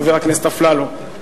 חבר הכנסת אפללו,